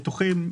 ביטוחים.